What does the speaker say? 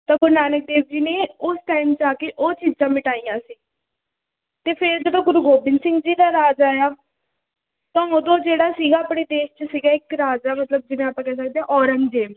ਤਾਂ ਗੁਰੂ ਨਾਨਕ ਦੇਵ ਜੀ ਨੇ ਉਸ ਟਾਈਮ 'ਚ ਆ ਕੇ ਉਹ ਚੀਜ਼ਾਂ ਮਿਟਾਈਆਂ ਸੀ ਅਤੇ ਫਿਰ ਜਦੋਂ ਗੁਰੂ ਗੋਬਿੰਦ ਸਿੰਘ ਜੀ ਦਾ ਰਾਜ ਆਇਆ ਤਾਂ ਉੱਦੋਂ ਜਿਹੜਾ ਸੀਗਾ ਆਪਣੇ ਦੇਸ਼ 'ਚ ਸੀਗਾ ਇੱਕ ਰਾਜਾ ਮਤਲਬ ਜਿਵੇਂ ਆਪਾਂ ਕਹਿ ਸਕਦੇ ਹਾਂ ਔਰੰਗਜ਼ੇਬ